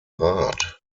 rat